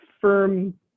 firm